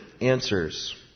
answers